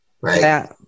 Right